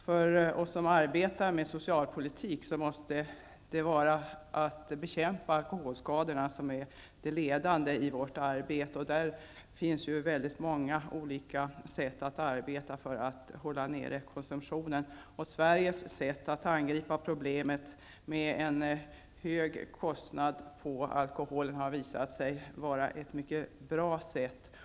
För oss som arbetar med socialpolitik måste det ledande i vårt arbete vara att bekämpa alkoholskadorna, och det finns då väldigt många olika sätt att arbeta för att hålla nere konsumtionen. Sveriges sätt att angripa problemet, med en hög kostnad på alkohol, har visat sig vara ett mycket bra sätt.